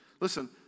Listen